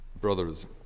brothers